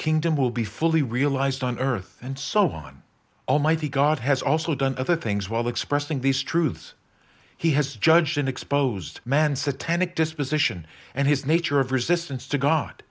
kingdom will be fully realized on earth and so on almighty god has also done other things while expressing these truths he has judged an exposed man satanic disposition and his nature of resistance to god